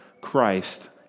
Christ